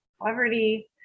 poverty